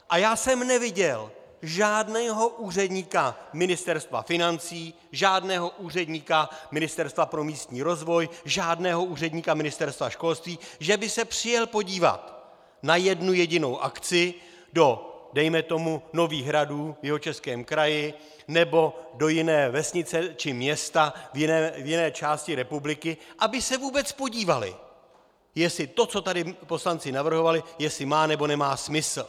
Já jsem neviděl žádného úředníka Ministerstva financí, žádného úředníka Ministerstva pro místní rozvoj, žádného úředníka Ministerstva školství, že by se přijel podívat na jednu jedinou akci do dejme tomu Nových Hradů v Jihočeském kraji nebo do jiné vesnice či města v jiné části republiky, aby se vůbec podíval, jestli to, co tady poslanci navrhovali, má, nebo nemá smysl.